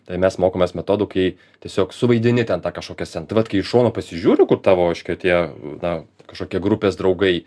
tai mes mokomės metodų kai tiesiog suvaidini ten tą kažkokią sceną tai vat kai iš šono pasižiūriu kur tavo reiškia tie na kažkokie grupės draugai